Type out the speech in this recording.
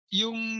yung